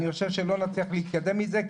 אני חושב שלא נצליח להתקדם עם זה.